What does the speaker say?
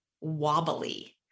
wobbly